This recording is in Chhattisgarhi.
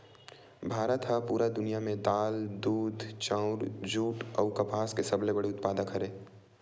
भारत हा पूरा दुनिया में दाल, दूध, चाउर, जुट अउ कपास के सबसे बड़े उत्पादक हरे